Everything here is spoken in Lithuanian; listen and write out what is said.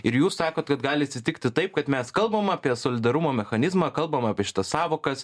ir jūs sakot kad gali atsitikti taip kad mes kalbam apie solidarumo mechanizmą kalbam apie šitas sąvokas